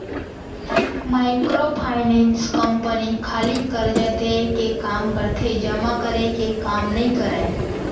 micro finance company खाली करजा देय के काम करथे जमा करे के काम नइ करय